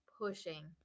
Pushing